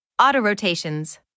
Autorotations